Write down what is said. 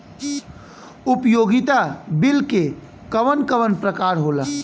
उपयोगिता बिल के कवन कवन प्रकार होला?